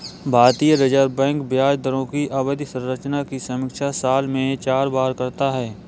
भारतीय reserve bank ब्याज दरों की अवधि संरचना की समीक्षा साल में चार बार करता है